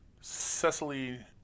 Cecily